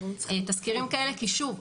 כי שוב,